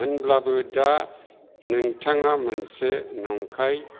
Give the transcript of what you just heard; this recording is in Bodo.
होनब्लाबो दा नोंथाङा मोनसे नंखाय